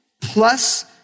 plus